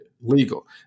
legal